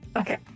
Okay